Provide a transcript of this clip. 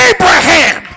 Abraham